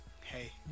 Hey